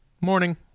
Morning